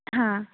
हाँ